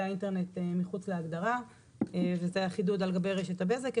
האינטרנט מחוץ להגדרה וזה החידוד על גבי רשת הבזק.